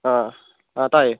ꯑꯥ ꯑꯥ ꯇꯥꯏꯌꯦ